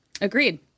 Agreed